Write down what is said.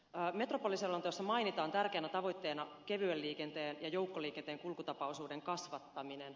metropoliselonteossa mainitaan tärkeänä tavoitteena kevyen liikenteen ja joukkoliikenteen kulkutapaosuuden kasvattaminen